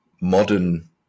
modern